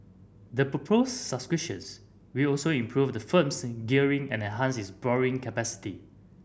the proposed subscriptions will also improve the firm's gearing and enhance its borrowing capacity